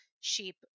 sheep